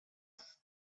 off